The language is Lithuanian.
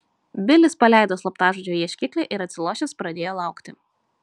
bilis paleido slaptažodžio ieškiklį ir atsilošęs pradėjo laukti